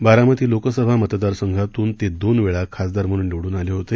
बारामती लोकसभा मतदारसंघातून ते दोन वेळा खासदार म्हणून निवडून आले होते